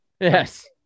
yes